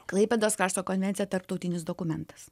klaipėdos krašto konvencija tarptautinis dokumentas